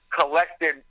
collected